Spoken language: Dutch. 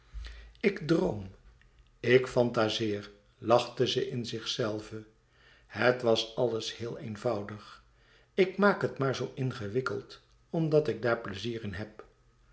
ik droom ik fantazeer lachte ze in zichzelve het was alles heel eenvoudig ik maak het maar zoo ingewikkeld omdat ik daar pleizier in heb